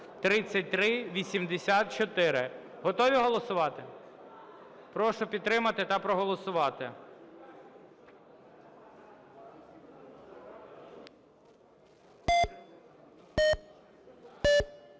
3384). Готові голосувати? Прошу підтримати та проголосувати.